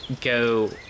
go